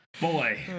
Boy